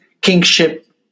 kingship